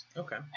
okay